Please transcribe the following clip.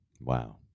Wow